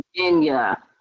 Virginia